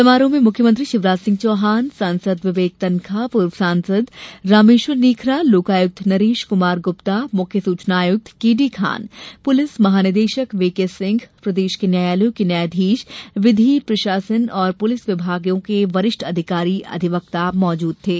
समारोह में मुख्यमंत्री शिवराज सिंह चौहान सांसद विवेक तनखा पूर्व सांसद रामेश्वर नीखरा लोकायुक्त नरेश कुमार गुप्ता मुख्य सूचना आयुक्त के डी खान पुलिस महानिदेशक व्ही के सिंह प्रदेश के न्यायालयों के न्यायाधीश विधि प्रशासन और पुलिस विभागों के वरिष्ठ अधिकारी अधिवक्ता मौजूद थे